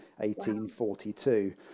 1842